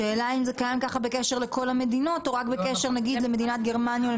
השאלה אם זה קיים כך בקשר לכל המדינות או רק נגיד בקשר למדינת גרמניה.